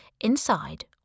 Inside